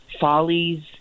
Follies